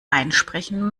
einsprechen